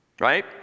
Right